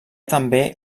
també